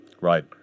Right